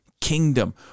kingdom